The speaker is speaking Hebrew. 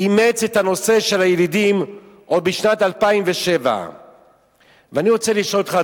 אימץ את הנושא של הילידים עוד בשנת 2007. ואני רוצה לשאול אותך,